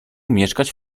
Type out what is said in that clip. mieszkać